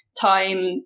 time